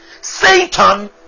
Satan